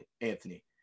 Anthony